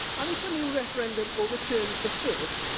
and, if a new referendum overturns the first,